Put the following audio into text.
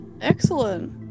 Excellent